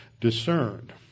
discerned